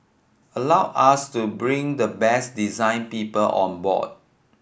allowed us to bring the best design people on board